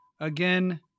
Again